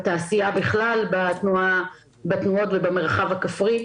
בתעשייה בכלל בתנועות ובמרחב הכפרי.